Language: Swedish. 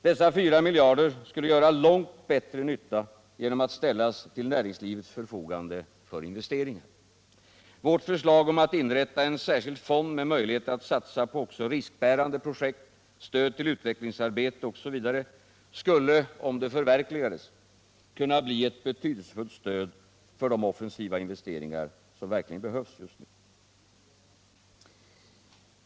Dessa 4 miljarder skulle göra långt bättre nytta genom att ställas till näringslivets förfogande för investeringar. Vårt förslag om att inrätta en särskild fond med möjlighet att satsa på även riskbärande projekt, stöd till utvecklingsarbete osv. skulle, om det förverkligades, kunna bli ett betydelsefullt stöd för de offensiva investeringar som verkligen behövs just nu.